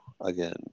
Again